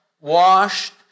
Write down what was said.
washed